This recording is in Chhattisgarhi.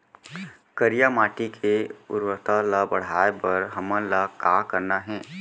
करिया माटी के उर्वरता ला बढ़ाए बर हमन ला का करना हे?